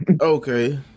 Okay